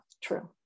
true